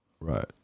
Right